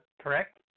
correct